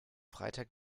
freitag